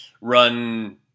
run